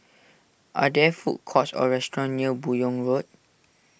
are there food courts or restaurants near Buyong Road